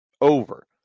over